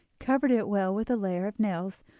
covered it well with a layer of nails,